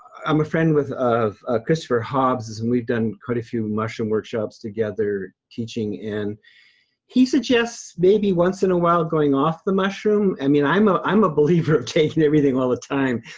i'm a friend with christopher hobbs's and we've done quite a few mushroom workshops together teaching, and he suggests maybe once in a while going off the mushroom. i mean, i'm a i'm a believer of taking everything all the time,